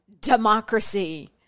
democracy